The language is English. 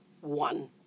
one